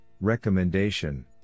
recommendation